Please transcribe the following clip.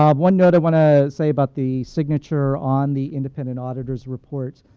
um one note i want to say about the signature on the independent auditor's report.